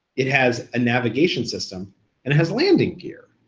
it has a navigation system, and it has landing gear.